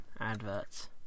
Adverts